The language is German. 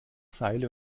seile